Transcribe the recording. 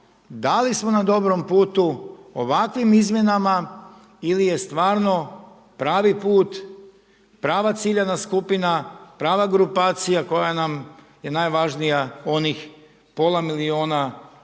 da li smo na dobrom putu ovakvim izmjenama ili je stvarno pravi put, prava ciljana skupina, prava grupacija koja nam je najvažnija onih pola milijuna hrvatskih